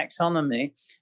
taxonomy